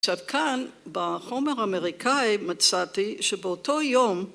עכשיו כאן בחומר האמריקאי מצאתי שבאותו יום